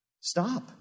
stop